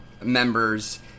members